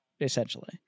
essentially